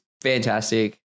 fantastic